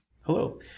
Hello